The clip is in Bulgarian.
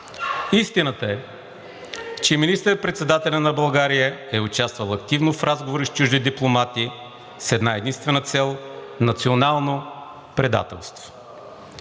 Истината е, че министър-председателят на България е участвал активно в разговори с чужди дипломати с една-единствена цел: национално предателство.